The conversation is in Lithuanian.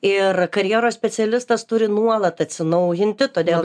ir karjeros specialistas turi nuolat atsinaujinti todėl